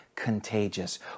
Contagious